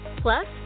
Plus